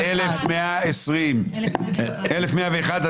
להסתייגויות 1120-1101,